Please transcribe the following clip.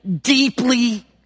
deeply